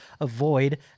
avoid